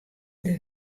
der